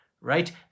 Right